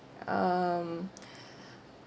um